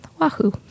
Wahoo